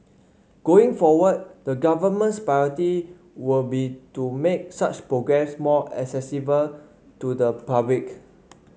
going forward the government's priority will be to make such programmes more accessible to the public